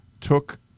took